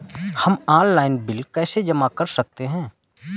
हम online bill कैसे जमा कर सकते हैं?